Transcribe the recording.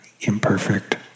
imperfect